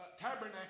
tabernacle